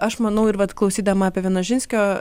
aš manau ir vat klausydama apie vienožinskio